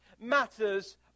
matters